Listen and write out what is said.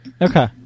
Okay